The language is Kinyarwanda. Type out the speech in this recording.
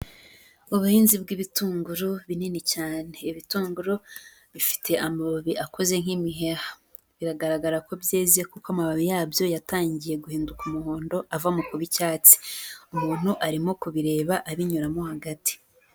Ubuhinzi bw'ibitunguru binini cyane. Ibitunguru bifite amababi akoze nk'imiheha. Biragaragara ko byeze kuko amababi yabyo yatangiye guhinduka umuhondo ava mu kuba icyatsi. Umuntu arimo kubireba abinyuramo hagati.